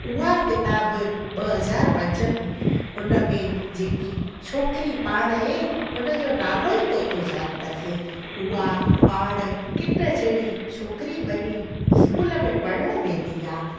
उआ किताब ॿ हज़ार पंज में उन में जेकी छोकिरी पाण आहे उन जो नालो ई तोतो चांद अथसि उहा पाण किट जेड़ी छोकिरी वञी स्कूल में पढ़ण वेंदी आहे